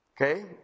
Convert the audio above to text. Okay